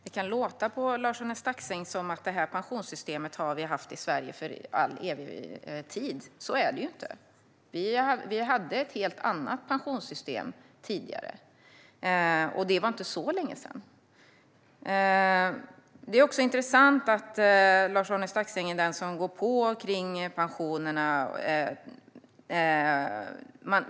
Fru talman! Det låter på Lars-Arne Staxäng som om vi har haft det här pensionssystemet i Sverige i evig tid. Så är det ju inte. Vi hade ett helt annat pensionssystem tidigare, och det var inte så länge sedan. Det är också intressant att Lars-Arne Staxäng är den som går på om pensionerna.